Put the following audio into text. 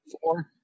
four